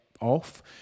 off